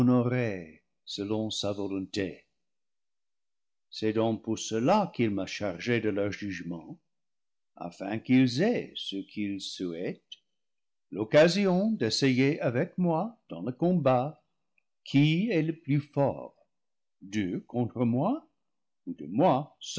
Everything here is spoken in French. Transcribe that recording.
honoré selon sa volonté c'est donc pour cela qu'il m'a chargé de leur jugement afin qu'ils aient ce qu'ils souhaitent l'occasion d'essayer avec moi dans le combat qui est le plus fort d'eux contre moi ou de moi